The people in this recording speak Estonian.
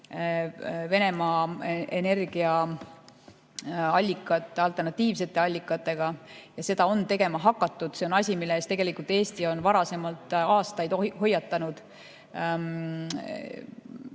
Venemaa energiaallikad alternatiivsete allikatega. Ja seda on tegema hakatud. See on asi, mille eest tegelikult Eesti on varem aastaid hoiatanud.